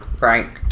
right